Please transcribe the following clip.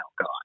God